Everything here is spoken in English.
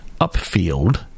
Upfield